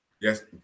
Yes